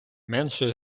менше